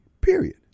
period